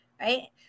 right